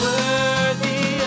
worthy